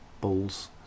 balls